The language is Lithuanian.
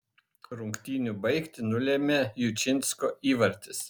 rungtynių baigtį nulėmė jučinsko įvartis